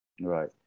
Right